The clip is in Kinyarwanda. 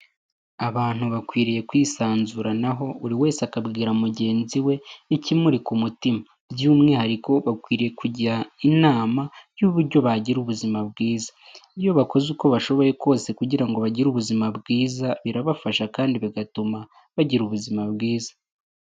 Abantu bakwiriye kwisanzuranaho, buri wese akabwira mugenzi we, ikimuri ku mutima. By'umwihariko, bakwiriye kujya inama y'uburyo bagira ubuzima bwiza. Iyo bakoze uko bashoboye kose kugira ngo bagire ubuzima bwiza, birabafasha kandi bigatuma bagira ubuzima bwiza.